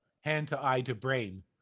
hand-to-eye-to-brain